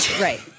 Right